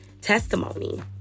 testimony